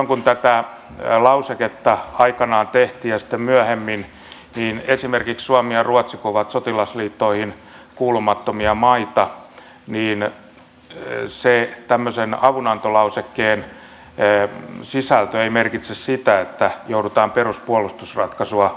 silloin kun tätä lauseketta aikanaan tehtiin ja sitten myöhemmin ajateltiin että esimerkiksi suomelle ja ruotsille kun ovat sotilasliittoihin kuulumattomia maita tämmöisen avunantolausekkeen sisältö ei merkitse sitä että joudutaan peruspuolustusratkaisua muuttamaan